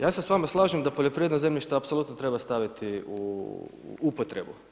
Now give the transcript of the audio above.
Pa ja se sa vama slažem da poljoprivredna zemljišta apsolutno treba staviti u upotrebu.